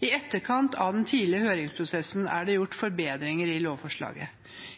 I etterkant av den tidligere høringsprosessen er det gjort forbedringer i lovforslaget.